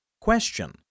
Question